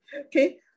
Okay